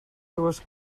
dues